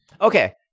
Okay